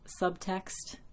subtext